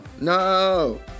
No